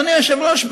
אדוני היושב-ראש,